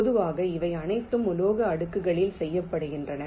பொதுவாக இவை அனைத்தும் உலோக அடுக்குகளில் செய்யப்படுகின்றன